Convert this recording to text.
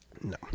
no